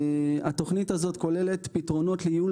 התוכנית הזאת כוללת פתרונות לייעול